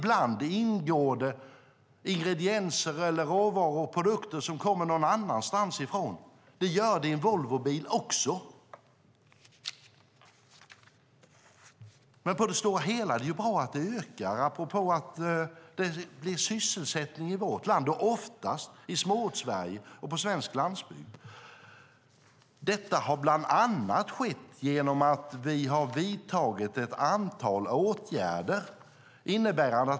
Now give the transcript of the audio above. Ibland ingår det ingredienser, råvaror eller produkter som kommer någon annanstans ifrån. Det gör det i en Volvobil också. Men på det stora hela är det bra att exporten ökar, för det leder till sysselsättning i vårt land, mest i Småortssverige och på svensk landsbygd. Detta har bland annat skett på grund av att vi har vidtagit ett antal åtgärder.